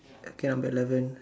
okay number eleven